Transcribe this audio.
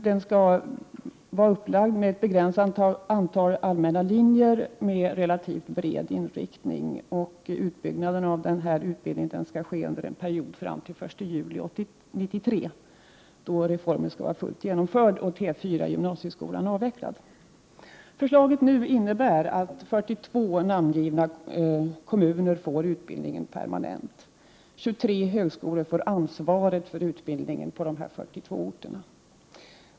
Den tvååriga utbildningen skall ges på ett begränsat antal allmänna linjer med relativt bred inriktning. Uppbyggnaden av den nya utbildningen skall ske under en period fram till den 1 juli 1993, då reformen skall vara fullt genomförd och T4 i gymnasieskolan avvecklad. Förslaget nu innebär att 42 namngivna kommuner får utbildningen permanent. 23 högskolor får ansvaret för utbildningen på de 42 orterna.